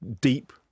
deep